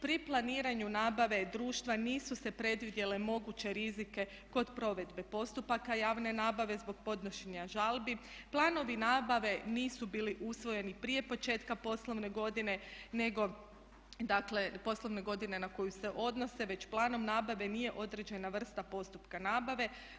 Pri planiranju nabave društva nisu se predvidjele moguće rizike kod provedbe postupaka javne nabave zbog podnošenja žalbi, planovi nabave nisu bili usvojeni prije početka poslovne godine nego dakle poslovna godina na koju se odnose već planom nabave nije određena vrsta postupka nabave.